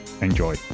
Enjoy